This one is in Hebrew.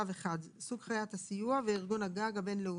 ועם ארגונים.